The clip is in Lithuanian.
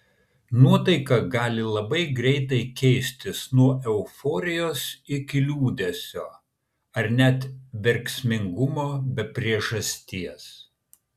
nuotaika gali labai greitai keistis nuo euforijos iki liūdesio ar net verksmingumo be priežasties